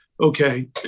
okay